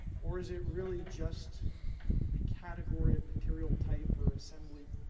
or is it really just category of material type or assembly